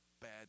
bad